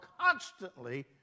constantly